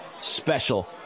special